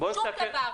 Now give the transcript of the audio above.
שום דבר.